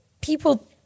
people